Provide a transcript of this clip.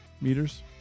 meters